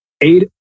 eight